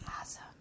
Awesome